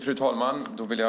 Fru talman! Jag vill